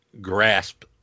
grasp